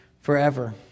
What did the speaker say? forever